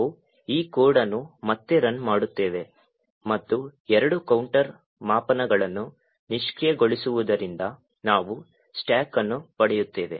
ನಾವು ಈ ಕೋಡ್ ಅನ್ನು ಮತ್ತೆ ರನ್ ಮಾಡುತ್ತೇವೆ ಮತ್ತು ಎರಡು ಕೌಂಟರ್ ಮಾಪನಗಳನ್ನು ನಿಷ್ಕ್ರಿಯಗೊಳಿಸುವುದರಿಂದ ನಾವು ಸ್ಟಾಕ್ ಅನ್ನು ಪಡೆಯುತ್ತೇವೆ